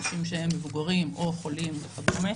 אנשים שהם מבוגרים או חולים וכדומה.